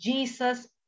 Jesus